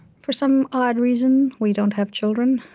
for some odd reason, we don't have children.